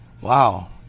wow